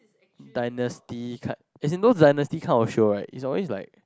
dynasty kind as in those dynasty kind of show right it's always like